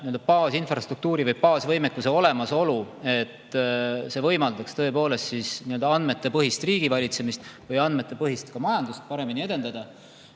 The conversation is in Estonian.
baasinfrastruktuuri või baasvõimekuse olemasolu, et see võimaldaks tõepoolest andmepõhist riigivalitsemist või andmepõhist majandust paremini edendada.